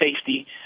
safety